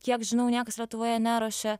kiek žinau niekas lietuvoje neruošia